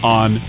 on